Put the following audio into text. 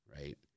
right